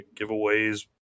giveaways